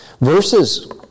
Verses